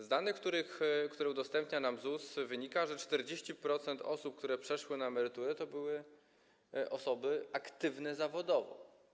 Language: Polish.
Z danych, które udostępnia nam ZUS, wynika, że 40% osób, które przeszły na emeryturę, to były osoby aktywne zawodowo.